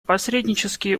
посреднические